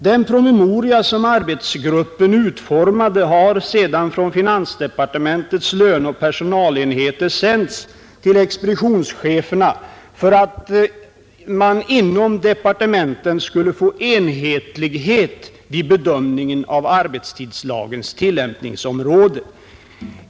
Den promemoria som arbetsgruppen utformade har sedan från finansdepartementets löneoch personalenheter sänts till expeditionscheferna för att man inom departementen skulle få enhetlighet vid bedömningen av arbetstidslagens tillämpningsområde.